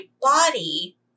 body